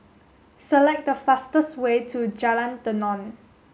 select the fastest way to Jalan Tenon